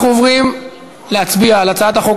אנחנו עוברים להצביע על הצעת החוק